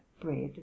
bread